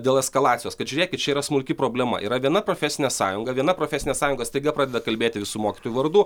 dėl eskalacijos kad žiūrėkit čia yra smulki problema yra viena profesinė sąjunga viena profesinė sąjunga staiga pradeda kalbėti visų mokytojų vardu